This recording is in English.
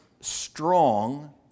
strong